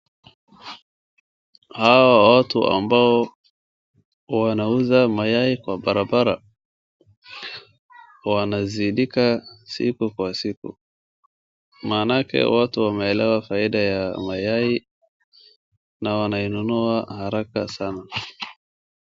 Hawa watu ambao wanauza mayai kwa barabara wanasaidika siku kwa siku. Maanake watu wameelewa faida ya mayai na wanainunua haraka sana.